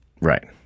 Right